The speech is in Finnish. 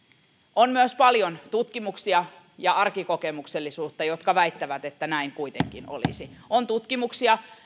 on myös paljon tutkimuksia ja arkikokemuksellisuutta jotka väittävät että näin kuitenkin olisi on tutkimuksia